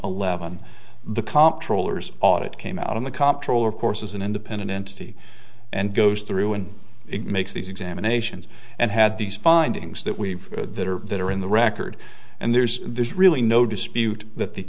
eleven the comptroller audit came out on the comptroller of course as an independent entity and goes through and it makes these examinations and had these findings that we've had that are that are in the record and there's there's really no dispute that the